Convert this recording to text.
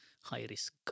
high-risk